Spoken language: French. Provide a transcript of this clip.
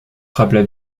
frappent